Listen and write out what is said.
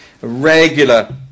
regular